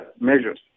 measures